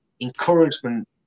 encouragement